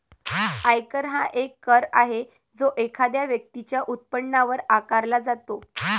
आयकर हा एक कर आहे जो एखाद्या व्यक्तीच्या उत्पन्नावर आकारला जातो